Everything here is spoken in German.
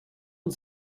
und